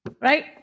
right